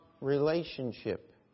relationship